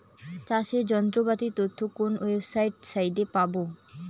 চাষের যন্ত্রপাতির তথ্য কোন ওয়েবসাইট সাইটে পাব?